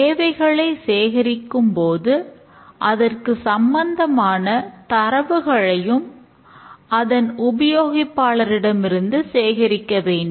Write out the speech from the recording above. தேவைகளை சேகரிக்கும் போது அதற்கு சம்பந்தமான தரவுகளையும் அதன் உபயோகிப்பாளரிடமிருந்து சேகரிக்க வேண்டும்